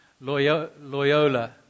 Loyola